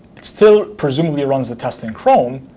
it still, presumably, runs the test in chrome,